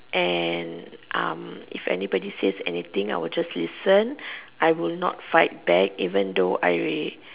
and um if anybody says anything I would just listen I will not fight back even though I will